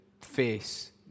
face